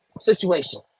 situation